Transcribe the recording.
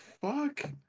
fuck